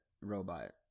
robot